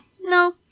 No